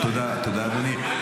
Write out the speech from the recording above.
תודה רבה, אדוני.